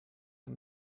man